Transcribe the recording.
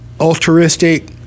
altruistic